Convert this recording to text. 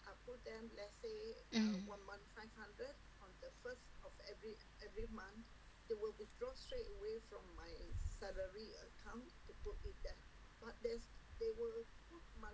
mm